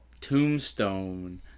tombstone